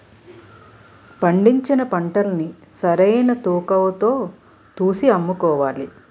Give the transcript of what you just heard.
పండించిన పంటల్ని సరైన తూకవతో తూసి అమ్ముకోవాలి